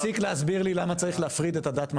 תפסיק להסביר לי למה צריך להפריד את הדת מהמדינה.